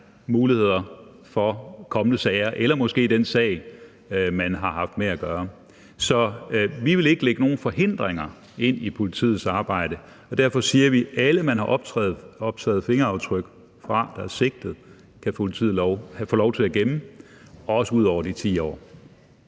med kommende sager eller måske den sag, man har haft med at gøre. Så vi vil ikke lægge nogen forhindringer ind i politiets arbejde, og derfor siger vi, at alle de fingeraftryk, man har optaget fra sigtede, kan politiet få lov til at gemme, også ud over de 10 år.